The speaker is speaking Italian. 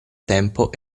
tempo